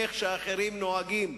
איך שאחרים נוהגים.